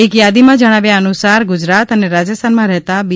એક યાદી માં જણાવાયા અનુસાર ગુજરાત અને રાજસ્થાનમાં રહેતા બી